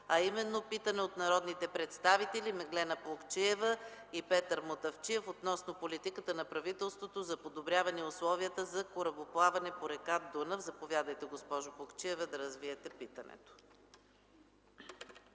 Московски е от народните представители Меглена Плугчиева и Петър Мутафчиев относно политиката на правителството за подобряване условията за корабоплаване по река Дунав. Заповядайте, госпожо Плугчиева, да развиете питането.